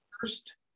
first